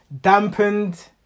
dampened